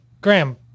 Graham